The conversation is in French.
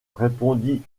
répondit